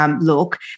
look